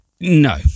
No